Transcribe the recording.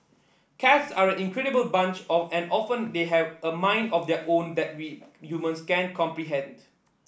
cats are an incredible bunch of and often they have a mind of their own that we humans can't comprehend